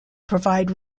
provide